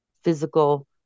physical